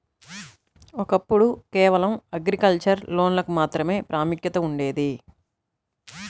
ఒకప్పుడు కేవలం అగ్రికల్చర్ లోన్లకు మాత్రమే ప్రాముఖ్యత ఉండేది